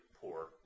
poor